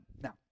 Now